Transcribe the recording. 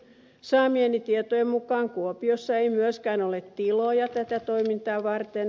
saamieni tietojen mukaan kuopiossa ei myöskään ole tiloja tätä toimintaa varten